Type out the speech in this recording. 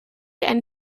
and